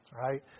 Right